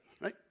Right